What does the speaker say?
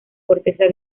corteza